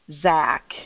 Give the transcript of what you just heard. Zach